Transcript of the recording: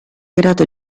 grado